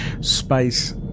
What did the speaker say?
space